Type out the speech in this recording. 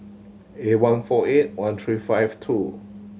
eight one four eight one three five two